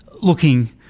looking